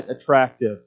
attractive